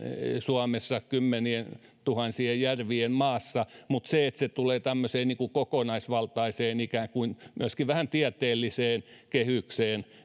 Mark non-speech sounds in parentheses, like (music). suomessa kymmenientuhansien järvien maassa mutta se että se tulee tämmöiseen kokonaisvaltaiseen myöskin vähän tieteelliseen kehykseen (unintelligible)